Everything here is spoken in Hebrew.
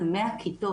זה 100 כיתות,